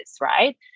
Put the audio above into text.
right